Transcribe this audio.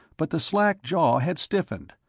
but the slack jaw had stiffened,